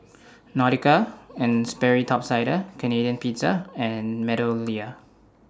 Nautica and Sperry Top Sider Canadian Pizza and Meadowlea